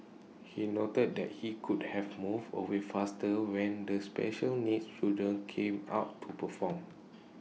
he noted that he could have moved away faster when the special needs children came out to perform